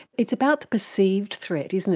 it's about the perceived threat, isn't it,